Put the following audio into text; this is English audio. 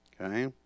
okay